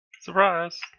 Surprise